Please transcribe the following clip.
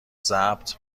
ضبط